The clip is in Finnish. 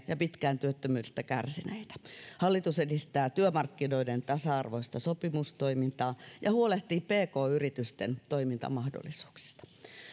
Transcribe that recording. ja pitkään työttömyydestä kärsineitä hallitus edistää työmarkkinoiden tasa arvoista sopimustoimintaa ja huolehtii pk yritysten toimintamahdollisuuksista